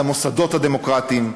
על המוסדות הדמוקרטיים,